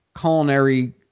culinary